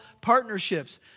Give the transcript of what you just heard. partnerships